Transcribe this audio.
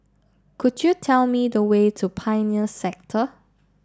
could you tell me the way to Pioneer Sector